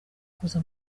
kuza